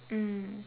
mm